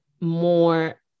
more